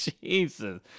Jesus